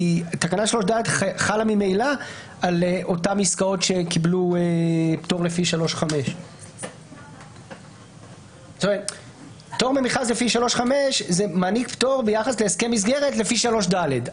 תקנה 3ד חלה ממילא על אותן עסקאות שקיבלו פטור לפי 3(5). פטור ממכרז לפי 3(5) זה מעניק פטור ביחס להסכם מסגרת לפי 3ד,